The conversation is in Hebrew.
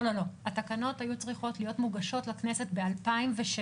לא, התקנות היו צריכות להיות מוגשות לכנסת ב-2006.